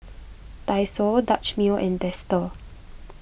Daiso Dutch Mill and Dester